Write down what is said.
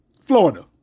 Florida